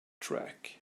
track